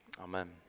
Amen